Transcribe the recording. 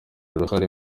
uruhare